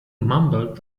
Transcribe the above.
mumbled